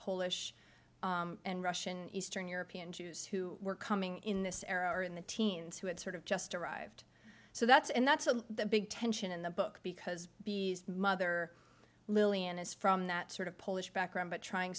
polish and russian eastern european jews who were coming in this area or in the teens who had sort of just arrived so that's and that's the big tension in the book because mother lillian is from that sort of polish background but trying